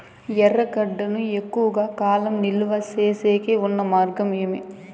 ఎర్రగడ్డ ను ఎక్కువగా కాలం నిలువ సేసేకి ఉన్న మార్గం ఏమి?